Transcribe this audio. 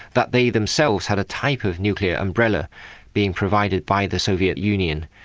that they themselves had a type of nuclear umbrella being provided by the soviet union.